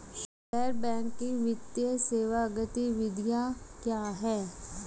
गैर बैंकिंग वित्तीय सेवा गतिविधियाँ क्या हैं?